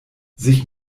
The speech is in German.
sich